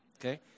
okay